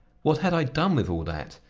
what had i done with all that?